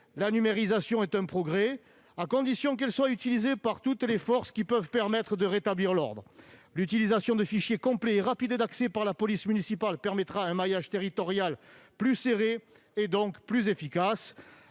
La numérisation est un progrès, à condition qu'elle soit utilisée par toutes les forces qui peuvent permettre de rétablir l'ordre. L'utilisation de fichiers complets et rapides d'accès par la police municipale permettra un maillage territorial plus serré et donc plus efficace.